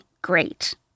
great